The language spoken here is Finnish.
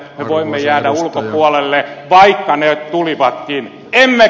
me voimme jäädä ulkopuolelle vaikka ne tulivatkin